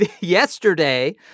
yesterday